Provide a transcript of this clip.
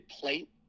plate